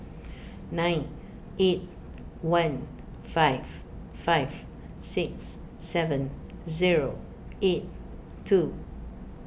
nine eight one five five six seven zero eight two